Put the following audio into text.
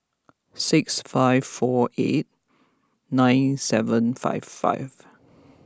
six five four eight nine seven five five